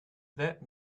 that